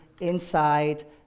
inside